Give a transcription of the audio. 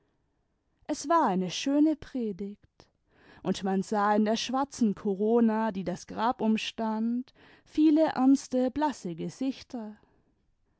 es war eine schöne predigt und man sah in der schwarzen korona die das grab imistand viele ernste blasse gesichter